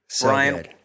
Brian